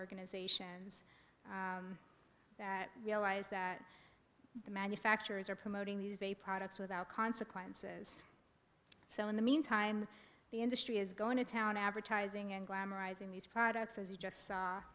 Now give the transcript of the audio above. organizations that realize that the manufacturers are promoting these baby products without consequences so in the meantime the industry is going to town advertising and glamorizing these products as you just saw